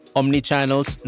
omnichannels